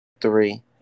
three